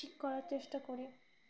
ঠিক করার চেষ্টা করি